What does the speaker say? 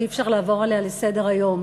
שאי-אפשר לעבור עליה לסדר-היום.